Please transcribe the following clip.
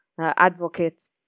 advocates